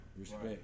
Respect